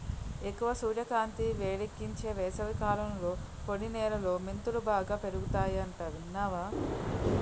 ఎక్కువ సూర్యకాంతి, వేడెక్కించే వేసవికాలంలో పొడి నేలలో మెంతులు బాగా పెరుగతాయట విన్నావా